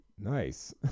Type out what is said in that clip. Nice